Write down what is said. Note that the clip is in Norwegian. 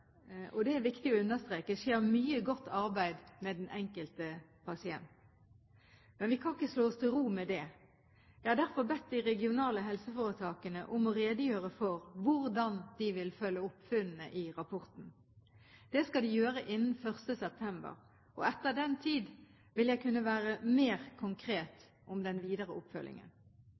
og det er det viktig å understreke, skjer mye godt arbeid med den enkelte pasient. Men vi kan ikke slå oss til ro med det. Jeg har derfor bedt de regionale helseforetakene om å redegjøre for hvordan de vil følge opp funnene i rapporten. Det skal de gjøre innen 1. september, og etter den tid vil jeg kunne være mer konkret om den videre oppfølgingen.